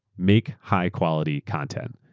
make high quality content.